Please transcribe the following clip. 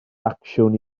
acsiwn